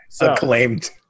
Acclaimed